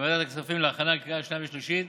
לוועדת הכספים להכנה לקריאה שנייה ושלישית,